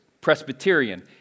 Presbyterian